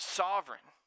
sovereign